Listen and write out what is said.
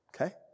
Okay